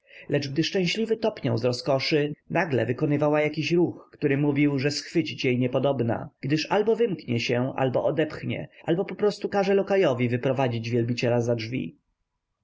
lecz gdy szczęśliwy topniał z rozkoszy nagle wykonywała jakiś ruch który mówił że schwycić jej niepodobna gdyż albo wymknie się albo odepchnie albo poprostu każe lokajowi wyprowadzić wielbiciela za drzwi